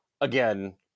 Again